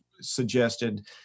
suggested